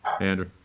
Andrew